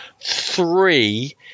three